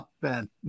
Ben